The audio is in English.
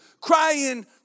crying